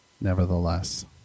nevertheless